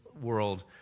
world